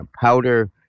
powder